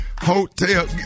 Hotel